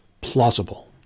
plausible